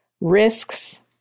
risks